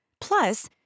Plus